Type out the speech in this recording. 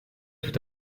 tout